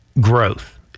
growth